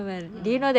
mm